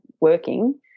working